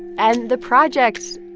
and the project,